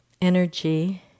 energy